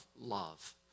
love